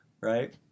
right